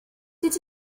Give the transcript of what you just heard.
did